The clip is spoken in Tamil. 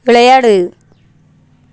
விளையாடு